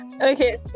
Okay